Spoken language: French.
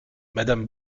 madame